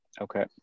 Okay